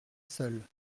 seule